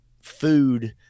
food